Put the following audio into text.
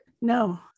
no